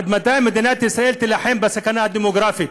עד מתי מדינת ישראל תילחם בסכנה הדמוגרפית?